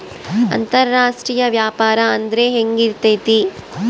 ಅಂತರಾಷ್ಟ್ರೇಯ ವ್ಯಾಪಾರ ಅಂದ್ರೆ ಹೆಂಗಿರ್ತೈತಿ?